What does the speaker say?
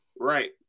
Right